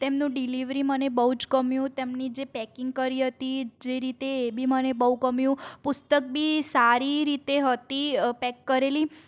તેમનું ડીલેવરી મને બહુ જ ગમ્યું તેમની જે પેકિંગ કરી હતી જે રીતે એ બી મને બહુ ગમ્યું પુસ્તક બી સારી રીતે હતી પેક કરેલી